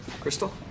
Crystal